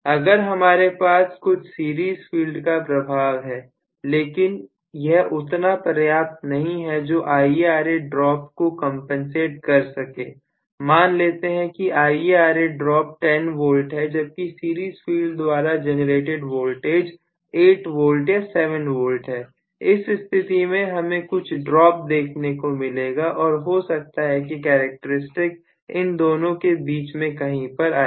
अगर हमारे पास कुछ सीरीज फील्ड का प्रभाव है लेकिन यह उतना पर्याप्त नहीं है जो IaRa ड्रॉप को कंपनसेट कर सके मान लेते हैं कि IaRa ड्रॉप 10 वोल्ट हैजबकि सीरीज फील्ड द्वारा जेनरेटेड वोल्टेज 8 वोल्ट या 7 वोल्ट है इस स्थिति में हमें कुछ ड्रॉप देखने को मिलेगा और हो सकता है कि कैरेक्टरिस्टिक इन दोनों के बीच में कहीं पर आएगा